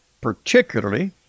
particularly